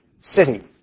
city